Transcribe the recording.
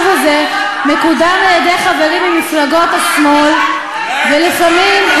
הזה מקודם על-ידי חברים ממפלגות השמאל ולפעמים,